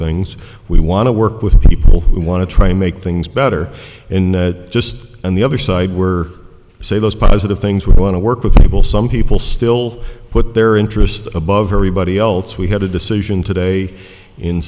things we want to work with people who want to try and make things better in just and the other side were say those positive things we want to work with people some people still put their interests above everybody else we had a decision today in